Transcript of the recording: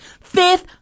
Fifth